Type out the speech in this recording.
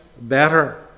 better